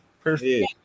Perfect